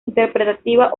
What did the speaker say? interpretativa